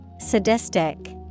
Sadistic